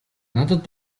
надад